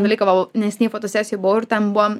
dalyką vau neseniai fotosesijoj buvau ir ten buvom